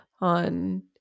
on